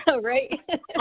Right